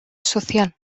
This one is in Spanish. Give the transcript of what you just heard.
social